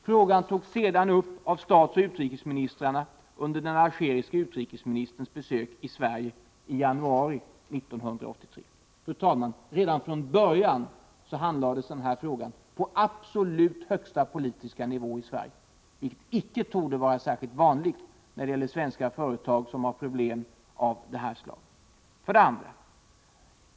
Frågan togs sedan upp av statsoch utrikesministrarna under den algeriske utrikesministerns besök i Sverige i januari 1983. Redan från början handlades denna fråga på absolut högsta politiska nivå i Sverige, vilket inte torde vara särskilt vanligt när det gäller svenska företag med problem av detta slag. 2.